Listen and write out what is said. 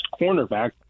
cornerback